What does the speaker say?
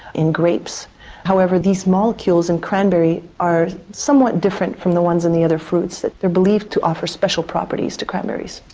in grapes. however these molecules in cranberry are somewhat different from the ones in the other fruits. they are believed to offer special properties to cranberries.